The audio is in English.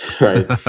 Right